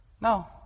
No